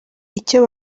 icyo